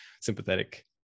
sympathetic